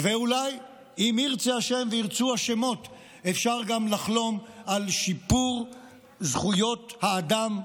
ואולי אם ירצה השם וירצו השמות אפשר גם לחלום על שיפור זכויות האדם,